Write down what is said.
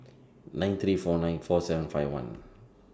nine three four nine four seven five one